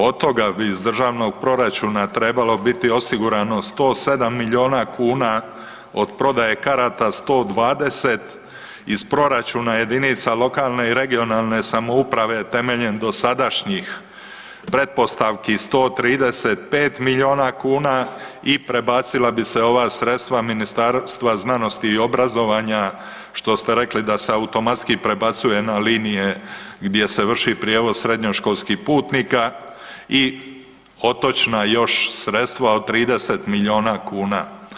Od toga bi iz državnog proračuna trebalo biti osigurano 107 milijuna kuna, od prodaje karata 120, iz proračuna jedinica lokalne i regionalne samouprave temeljem dosadašnjih pretpostavki 135 milijuna kuna i prebacila bi se ova sredstva Ministarstva znanosti i obrazovanja što ste rekli da se automatski prebacuje na linije gdje se vrši prijevoz srednjoškolskih putnika i otočna još sredstva od 30 milijuna kuna.